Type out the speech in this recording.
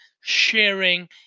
sharing